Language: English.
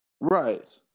right